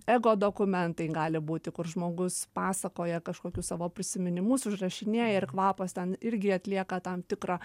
egodokumentai gali būti kur žmogus pasakoja kažkokius savo prisiminimus užrašinėja ir kvapas ten irgi atlieka tam tikrą